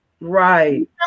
Right